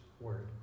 word